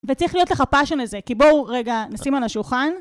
וצריך להיות לך פשן לזה, כי בואו רגע נשים על השולחן.